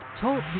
Talk